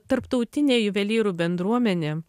tarptautinė juvelyrų bendruomenė